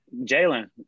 Jalen